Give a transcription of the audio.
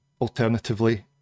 alternatively